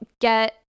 get